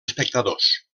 espectadors